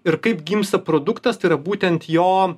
ir kaip gimsta produktas tai yra būtent jo